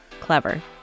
Clever